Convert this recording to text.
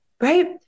right